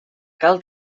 cal